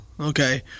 Okay